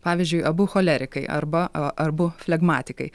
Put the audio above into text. pavyzdžiui abu cholerikai arba a abu flegmatikai